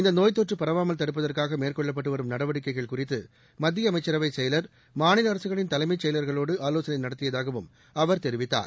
இந்தநோய்த்தொற்றுபரவாமல் தடுப்பதற்காகமேற்கொள்ளப்பட்டுவரும் நடவடிக்கைகள் குறித்துமத்தியஅமைச்சரவைசெயலர் மாநிலஅரசுகளின் தலைமைச் செயலர்களோடுஆலோசனைநடத்தியதாகவும் அவர் தெரிவித்தார்